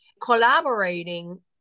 Collaborating